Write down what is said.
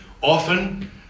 Often